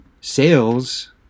sales